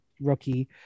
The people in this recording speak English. rookie